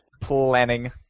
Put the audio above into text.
Planning